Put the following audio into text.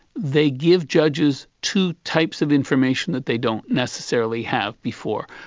they give judges two types of information that they don't necessarily have before.